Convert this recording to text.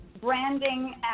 branding